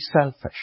selfish